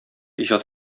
иҗат